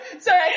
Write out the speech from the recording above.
Sorry